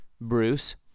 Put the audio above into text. Bruce